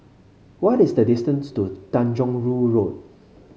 what is the distance to Tanjong Rhu Road